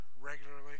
regularly